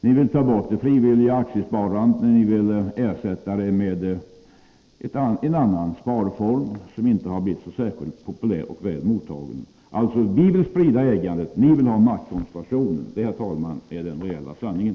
Ni vill ta bort det frivilliga aktiesparandet och ersätta det med en annan sparform, som inte har blivit särskilt väl mottagen. Alltså: Vi vill sprida ägandet — ni vill ha maktkoncentration. Det är, herr talman, sanningen.